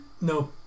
no